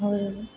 और